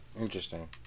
Interesting